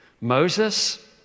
Moses